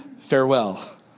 Farewell